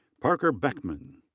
parker beckman.